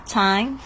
time